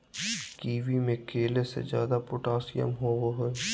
kiwi में केले से ज्यादा पोटेशियम होबो हइ